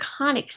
iconic